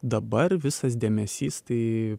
dabar visas dėmesys tai